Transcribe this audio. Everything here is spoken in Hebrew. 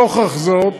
נוכח זאת,